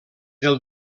del